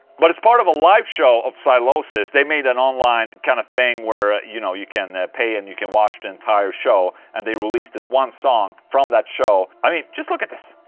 but it's part of a live show of sylosis they made an online kind of thing where you know, you can pay and you can watch the entire show and they released this one song from that show, i mean just look at this